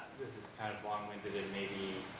kind of long-winded, and maybe